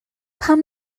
pam